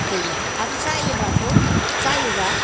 गैला आरो जायोब्लाथ' जायोब्ला